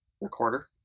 recorder